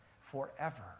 forever